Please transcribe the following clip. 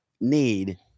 need